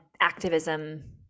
activism